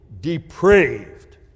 depraved